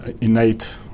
innate